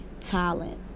talent